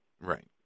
Right